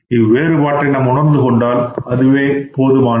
இவ்வேறுபாட்டை நாம் உணர்ந்து கொண்டால் அதுவே போதுமானது